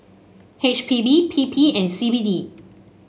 H P B P P and C B D